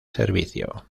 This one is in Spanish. servicio